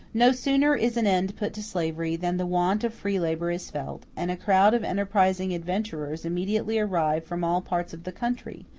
no sooner is an end put to slavery than the want of free labor is felt, and a crowd of enterprising adventurers immediately arrive from all parts of the country,